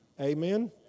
Amen